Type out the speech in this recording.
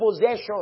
possession